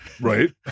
Right